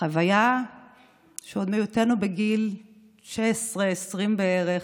חוויה שעוד מהיותנו בגיל 16, 20 בערך,